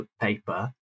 paper